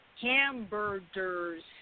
hamburgers